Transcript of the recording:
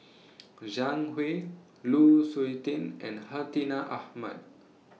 Zhang Hui Lu Suitin and Hartinah Ahmad